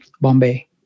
Bombay